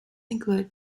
include